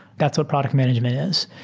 that's what product management is.